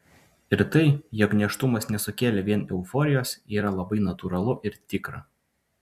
ir tai jog nėštumas nesukėlė vien euforijos yra labai natūralu ir tikra